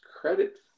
credit